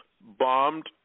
bombed